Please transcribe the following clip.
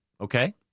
okay